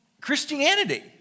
Christianity